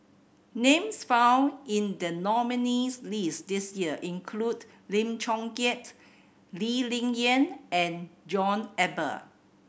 names found in the nominees' list this year include Lim Chong Keat Lee Ling Yen and John Eber